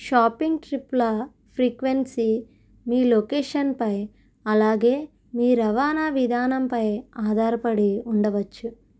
shopping ట్రిప్ల frequency మీ లొకేషన్పై అలాగే మీ రవాణా విధానంపై ఆధారపడి ఉండవచ్చు